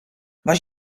was